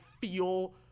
feel